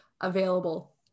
available